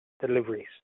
deliveries